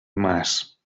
mas